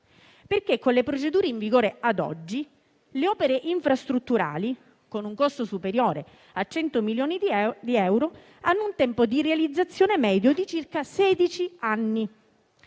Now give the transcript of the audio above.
perché con le procedure in vigore oggi le opere infrastrutturali con un costo superiore a 100 milioni di euro hanno un tempo di realizzazione medio di circa sedici anni.